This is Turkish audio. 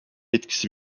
etkisi